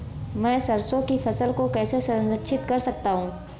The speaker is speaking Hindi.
मैं सरसों की फसल को कैसे संरक्षित कर सकता हूँ?